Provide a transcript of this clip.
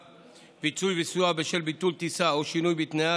(פיצוי וסיוע בשל ביטול טיסה או שינוי בתנאיה),